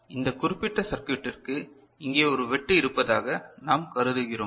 எனவே இந்த குறிப்பிட்ட சர்க்யூட்டிற்கு இங்கே ஒரு வெட்டு இருப்பதாக நாம் கருதுகிறோம்